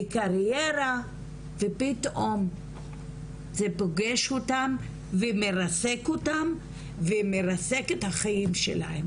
בקריירה ופתאום זה פוגש אותם ומרסק אותם ומרסק את החיים שלהם